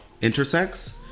intersex